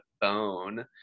phone